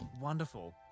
Wonderful